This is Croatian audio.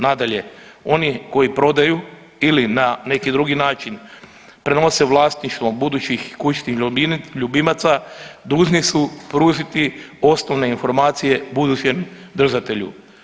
Nadalje, oni koji prodaju ili na neki drugi način prenose vlasništvo budućih kućnih ljubimaca dužni su pružiti osnovne informacije budućem držatelji.